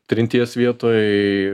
trinties vietoj